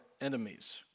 enemies